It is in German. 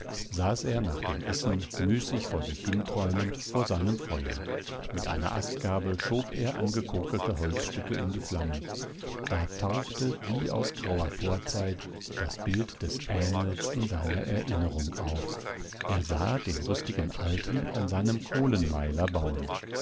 saß er nach dem essen müßig vor sich hinträumend vor seinem feuer mit einer astgabel schob er